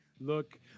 Look